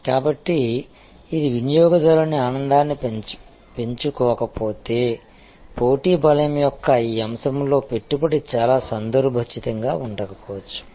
కాబట్టి ఇది వినియోగదారుని ఆనందాన్ని పెంచుకోకపోతే పోటీ బలం యొక్క ఆ అంశంలో పెట్టుబడి చాలా సందర్భోచితంగా ఉండకపోవచ్చు